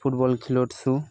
football ᱠᱷᱮᱞᱳᱰ ᱥᱩ